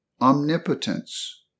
omnipotence